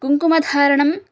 कुङ्कुमधारणं